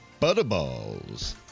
Butterballs